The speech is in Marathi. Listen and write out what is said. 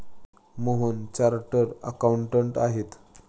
मोहन चार्टर्ड अकाउंटंट आहेत